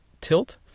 tilt